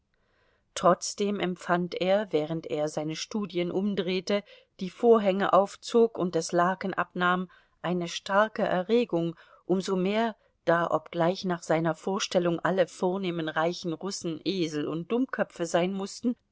trotzdem empfand er während er seine studien umdrehte die vorhänge aufzog und das laken abnahm eine starke erregung um so mehr da obgleich nach seiner vorstellung alle vornehmen reichen russen esel und dummköpfe sein mußten